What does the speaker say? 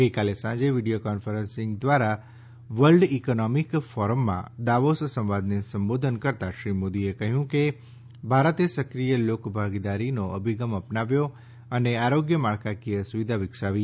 ગઈકાલે સાંજે video conferencing દ્વારા વર્લ્ડ ઇકોનોમિક ફોરમમાં દાવોસ સંવાદને સંબોધન કરતાં શ્રી મોદીએ કહ્યું કે ભારતે સક્રિય લોકભાગીદારીનો અભિગમ અપનાવ્યો અને આરોગ્ય માળખાકીય સુવિધા વિકસાવી